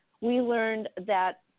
we learned that